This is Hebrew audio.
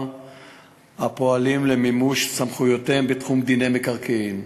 הפועלים למימוש סמכויותיהם בתחום דיני מקרקעין.